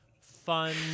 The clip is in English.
fun